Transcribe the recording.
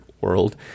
world